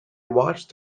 watched